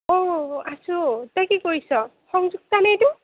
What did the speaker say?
আছোঁ তই কি কৰিছ সংযুক্তা নে এইটো